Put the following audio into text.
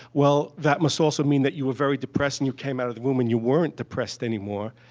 well, that must also mean that you were very depressed and you came out of the room and you weren't depressed anymore.